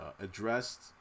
addressed